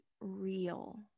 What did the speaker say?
real